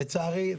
לצערי,